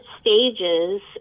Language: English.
stages